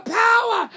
power